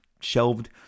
shelved